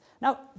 Now